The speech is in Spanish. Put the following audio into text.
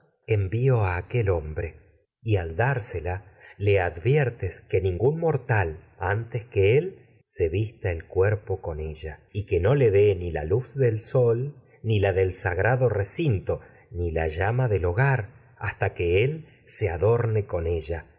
al a hombre y que dársela se le adviertes con que ningún mortal antes y él vista el cuerpo ella que no le dé ni la luz del sol ni la del sagrado recin se to ni la llama del hogar hasta que él cuando adorne los con ella